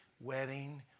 wedding